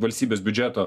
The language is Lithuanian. valstybės biudžeto